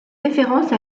référence